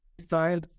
style